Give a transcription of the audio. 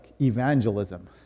evangelism